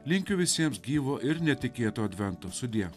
linkiu visiems gyvo ir netikėto advento sudie